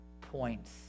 points